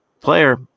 player